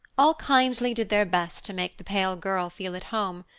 all kindly did their best to make the pale girl feel at home,